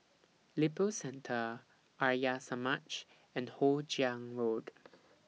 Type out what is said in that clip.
Lippo Centre Arya Samaj and Hoe Chiang Road